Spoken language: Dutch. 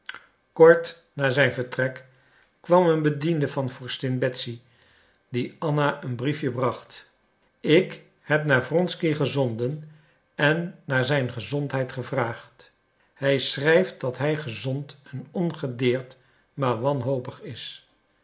kort na zijn vertrek kwam een bediende van vorstin betsy die anna een briefje bracht ik heb naar wronsky gezonden en naar zijn gezondheid gevraagd hij schrijft dat hij gezond en ongedeerd maar wanhopig is